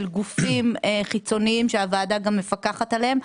גופים חיצוניים שהוועדה גם מפקחת עליהם,